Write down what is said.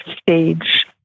stage